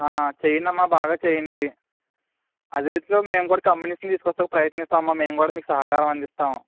చెయ్యండమ్మా బాగా చెయ్యండి మేము కూడా రిస్క్ లో మేము కూడా కమ్యూనిటీ తీసుకోస్తామని ప్రయత్నిస్తామమ్మా మేము కూడా మీకు సహకారం అందిస్తాం